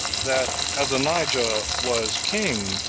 that adonijah was king,